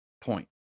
point